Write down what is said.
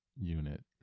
unit